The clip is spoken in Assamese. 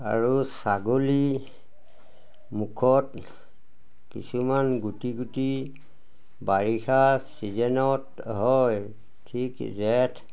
আৰু ছাগলী মুখত কিছুমান গুটি গুটি বাৰিষা চিজেনত হয় ঠিক জেঠ